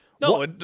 No